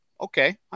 okay